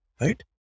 right